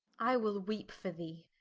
i will weepe for thee.